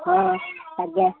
ହଁ ଆଜ୍ଞା